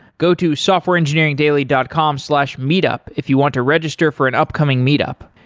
go to softwareengineeringdaily dot com slash meetup if you want to register for an upcoming meetup.